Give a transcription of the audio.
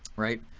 right?